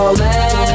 let